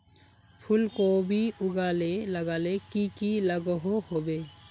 फूलकोबी लगाले की की लागोहो होबे?